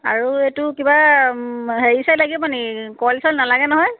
আৰু এইটো কিবা হেৰি চেৰি লাগিব নেকি কইল চইল নালাগে নহয়